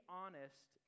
honest